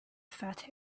fat